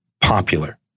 popular